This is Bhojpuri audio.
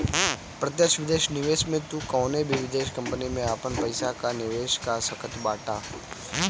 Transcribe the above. प्रत्यक्ष विदेशी निवेश में तू कवनो भी विदेश कंपनी में आपन पईसा कअ निवेश कअ सकत बाटअ